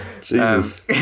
Jesus